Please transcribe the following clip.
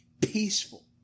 peaceful